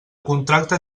contracte